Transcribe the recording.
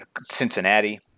Cincinnati